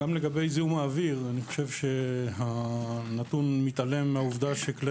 גם לגבי זיהום האוויר אני חושב שהנתון מתעלם מהעובדה שכלי